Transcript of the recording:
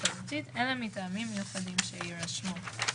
אף על פי שהוא מחוסן,